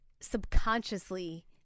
subconsciously